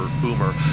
Boomer